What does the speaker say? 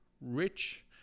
rich